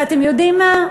אתם יודעים מה?